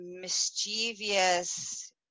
mischievous